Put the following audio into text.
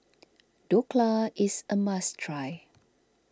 Dhokla is a must try